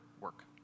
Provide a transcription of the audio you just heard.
work